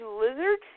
lizard